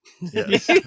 Yes